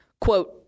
quote